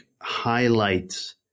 highlights